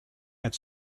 had